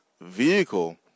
vehicle